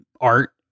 art